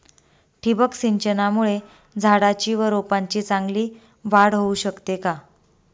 ठिबक सिंचनामुळे झाडाची व रोपांची चांगली वाढ होऊ शकते का?